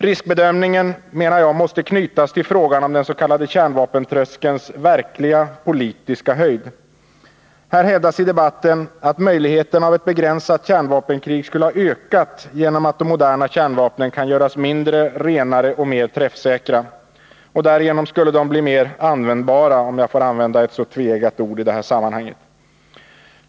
Riskbedömningen måste, menar jag, knytas till frågan om den s.k. kärnvapentröskelns verkliga politiska höjd. Här hävdas i debatten att möjligheten av ett begränsat kärnvapenkrig skulle ha ökat genom att de moderna kärnvapnen kan göras mindre, renare och mer träffsäkra. Därigenom skulle de bli mer ”användbara” — om jag får använda ett så tveeggat ord i detta sammanhang.